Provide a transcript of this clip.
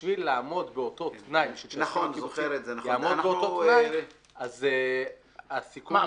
בשביל לעמוד באותו תנאי אז הסיכום --- נכון,